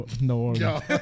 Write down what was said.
no